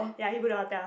ya he book the hotel